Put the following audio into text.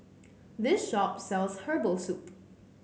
this shop sells Herbal Soup